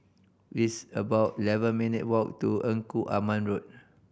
it's about eleven minute walk to Engku Aman Road